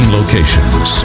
locations